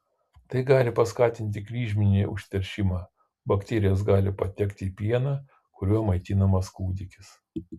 tai gali paskatinti kryžminį užteršimą bakterijos gali patekti į pieną kuriuo maitinamas kūdikis